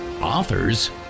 authors